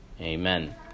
Amen